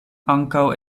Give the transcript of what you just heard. ankaŭ